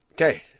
okay